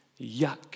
Yuck